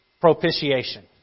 propitiation